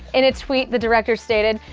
in a tweet, the director stated,